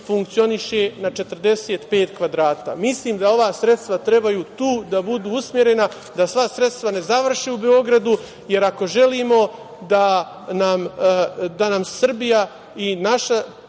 funkcioniše na 45 m2.Mislim da ova sredstva trebaju tu da budu usmerena, da sva sredstva ne završe u Beogradu, jer ako želimo da nam Srbija i naša